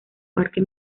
parque